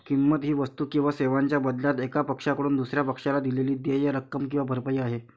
किंमत ही वस्तू किंवा सेवांच्या बदल्यात एका पक्षाकडून दुसर्या पक्षाला दिलेली देय रक्कम किंवा भरपाई आहे